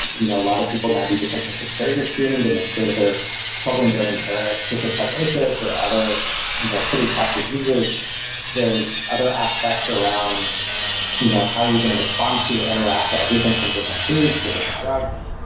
you know lot of people may do different types of carrier screening to make sure that their children don't inherit cystic fibrosis, or other pretty tough diseases there's other aspects around you know how are you going to respond to, or interact to everything for different foods, the different drugs.